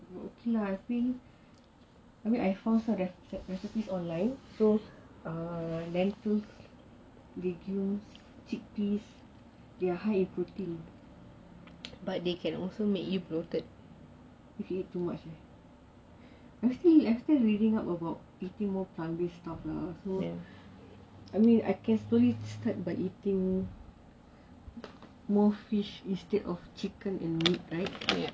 but okay lah I mean I found some recipes online so err chick peas they are high in protein if you eat too much I'm still reading up about eating more plant based stuff lah so I mean I can slowly start by eating more fish instead of chicken and meat right